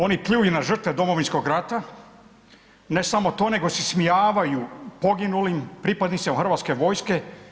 Oni pljuju na žrtve Domovinskog rata, ne samo to nego se ismijavaju poginulim pripadnicima Hrvatske vojske.